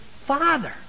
Father